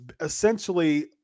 essentially